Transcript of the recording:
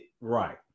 Right